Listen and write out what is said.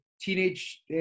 teenage